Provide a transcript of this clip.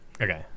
Okay